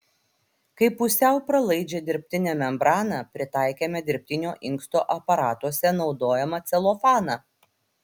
kaip pusiau pralaidžią dirbtinę membraną pritaikėme dirbtinio inksto aparatuose naudojamą celofaną